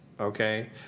okay